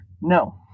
No